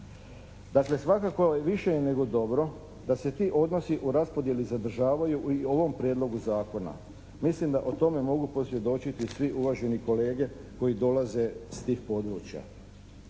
Dakle, svakako je više nego dobro da se ti odnosi u raspodjeli zadržavaju i u ovom Prijedlogu zakona. Mislim da o tome mogu posvjedočiti svi uvaženi kolege koji dolaze s tih područja.